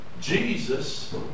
Jesus